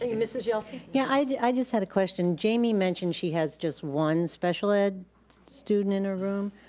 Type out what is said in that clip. ah yeah mrs. yelsey? yeah, i just had a question, jamie mentioned she has just one special ed student in her room?